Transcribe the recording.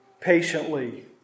patiently